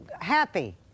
happy